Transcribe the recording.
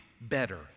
better